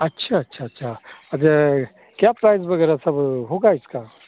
अच्छा अच्छा अच्छा अब यह क्या प्राइज वग़ैरह सब होगा इसका